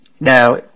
Now